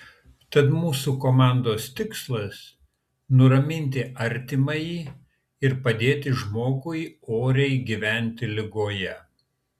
tad mūsų komandos tikslas nuraminti artimąjį ir padėti žmogui oriai gyventi ligoje